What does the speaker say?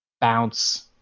bounce